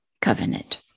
covenant